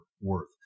worth